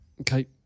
Okay